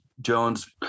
Jones